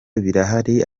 birahari